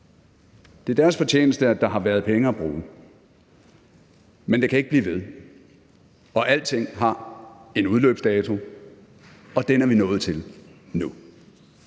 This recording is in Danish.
at stå ved dem, at der har været penge at bruge. Men det kan ikke blive ved. Alting har en udløbsdato, og den er vi nået til nu.